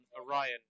Orion